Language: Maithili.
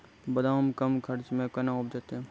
बादाम कम खर्च मे कैना उपजते?